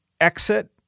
exit